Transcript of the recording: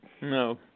No